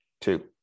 two